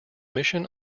mission